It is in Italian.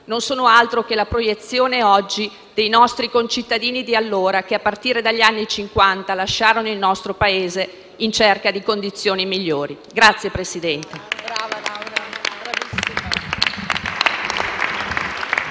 non sono altro che la proiezione oggi dei nostri concittadini di allora che, a partire dagli anni Cinquanta, lasciarono il nostro Paese in cerca di condizioni migliori.